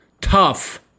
Tough